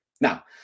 Now